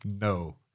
No